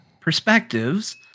perspectives